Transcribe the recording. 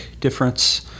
difference